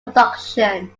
production